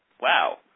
wow